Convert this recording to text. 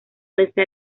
desde